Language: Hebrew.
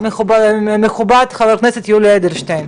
מכובדי חה"כ יולי אדלשטיין,